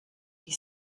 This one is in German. wie